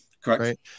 Correct